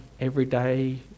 everyday